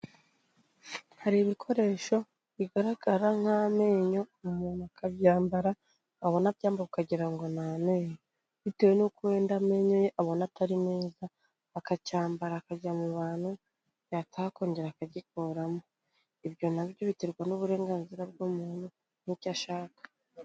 Hari ibikoresho bigaragara nk'amenyo, umuntu akabyambara, wabona abyambaye ukagira ngo n'amenyo. Bitewe n'uko wenda amenyeyo ye abona atari meza, akacyambara akajya mu bantu, yataha akongera akagikuramo. ibyo nabyo biterwa n'uburenganzira bw'umuntu n'icyo ashaka.